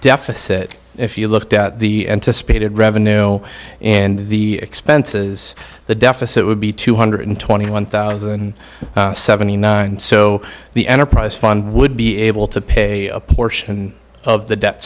deficit if you looked at the end to spaded revenue and the expenses the deficit would be two hundred twenty one thousand and seventy nine so the enterprise fund would be able to pay a portion of the debt